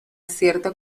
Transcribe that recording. cierta